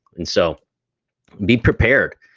and so be prepared.